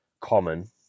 common